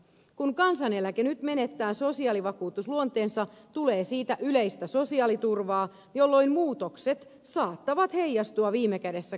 kun kansaneläke nyt menettää sosiaalivakuutusluonteensa tulee siitä yleistä sosiaaliturvaa jolloin muutokset saattavat heijastua viime kädessä kansaneläkkeen saajiin